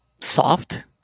soft